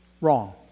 wrong